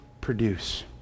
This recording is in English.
produce